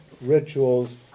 rituals